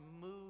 move